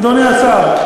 אדוני השר,